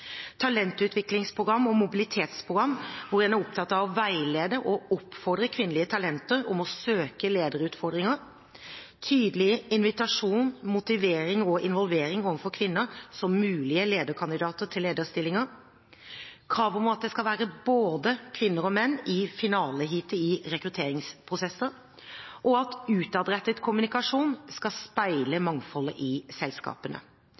talentutviklingsprogram og mobilitetsprogram hvor en er opptatt av å veilede og oppfordre kvinnelige talenter til å søke lederutfordringer tydelig invitasjon, motivering og involvering overfor kvinner som er mulige kandidater til lederstillinger krav om at det skal være både kvinner og menn i finaleheatet i rekrutteringsprosesser at utadrettet kommunikasjon skal speile mangfoldet i selskapene